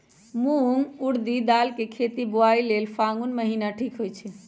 मूंग ऊरडी दाल कें खेती बोआई लेल फागुन महीना ठीक होई छै